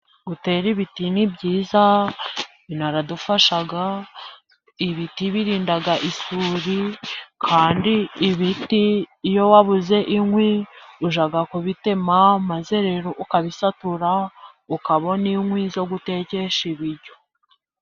Gutera ibiti ni byiza binaradufasha, ibiti birinda isuri kandi iyo wabuze inkwi ujya kubitema maze ukabisatura ukabona ikwi zo gutekesha ibiryo.